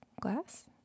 glass